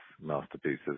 Masterpieces